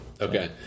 Okay